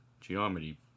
geometry